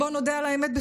בואו נודה על האמת,